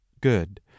good